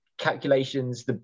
calculations